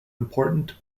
important